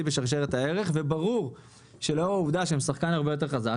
בשרשרת הערך וברור שלאור העובדה שהם שחקן הרבה יותר חזק,